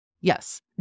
Yes